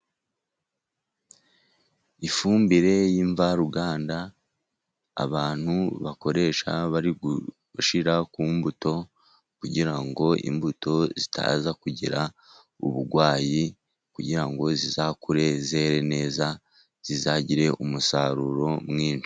Ifumbire y'imvaruganda abantu bakoresha bari gushira ku mbuto, kugira ngo imbuto zitaza kugira uburwayi, kugira ngo zizakure zere neza, zizagire umusaruro mwinshi.